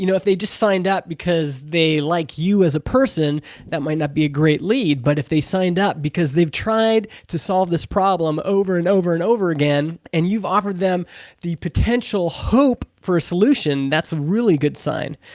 you know if they just signed up because they like you as a person that might not be a great lead but if they signed up because they've tried to solve this prob problem over and over and over again and you've offered them the potential hope for a solution that's a really good sign.